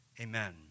Amen